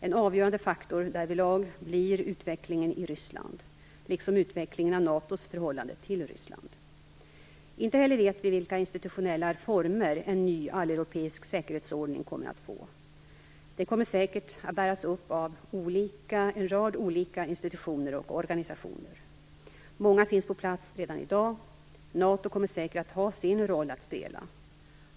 En avgörande faktor därvidlag blir utvecklingen i Ryssland, liksom utvecklingen av Inte heller vet vi vilka institutionella former en ny alleuropeisk säkerhetsordning kommer att få. Den kommer säkert att bäras upp av en rad olika institutioner och organisationer. Många finns på plats redan i dag. NATO kommer säkert att ha sin roll att spela.